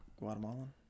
Guatemalan